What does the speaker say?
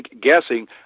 guessing